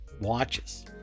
watches